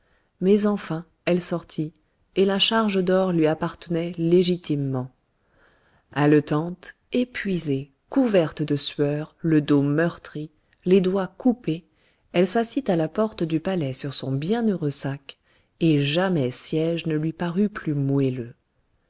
mais enfin elle sortit et la charge d'or lui appartenait légitimement haletante épuisée couverte de sueur le dos meurtri les doigts coupés elle s'assit à la porte du palais sur son bienheureux sac et jamais siège ne lui parut plus moelleux